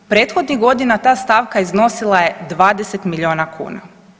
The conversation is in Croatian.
Prethodnih godina ta stavka iznosila je 20 milijuna kuna.